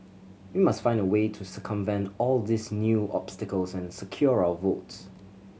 we must find a way to circumvent all these new obstacles and secure our votes